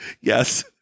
yes